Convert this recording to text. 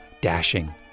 dashing